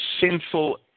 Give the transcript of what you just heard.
sinful